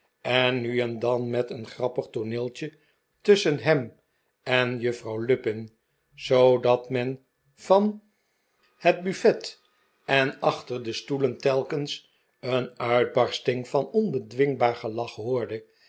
en nu en dan met een grappig tooneeltje tusschen hem en juffrouw lupin zoodat men van het buffet en achter de stoelen telkens een uitbarsting van onbedwingbaar gelach hoorde